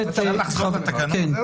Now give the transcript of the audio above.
שהיא --- אפשר לחזור לתקנות?